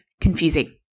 confusing